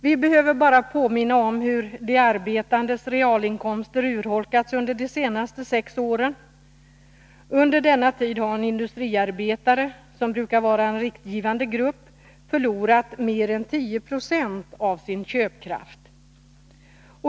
Vi behöver bara påminna om hur de arbetandes realinkomster urholkats under de senaste sex åren. Under denna tid har en industriarbetare — som brukar vara en riktningsgivande grupp — förlorat mer än 10 90 av sin köpkraft.